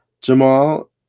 Jamal